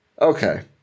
Okay